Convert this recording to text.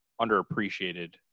underappreciated